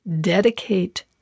dedicate